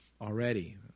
already